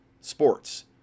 sports